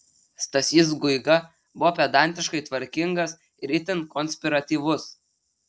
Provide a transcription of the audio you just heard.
stasys guiga buvo pedantiškai tvarkingas ir itin konspiratyvus